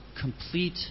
complete